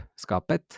skapet